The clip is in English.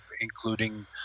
including